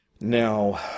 Now